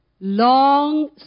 long